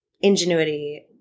ingenuity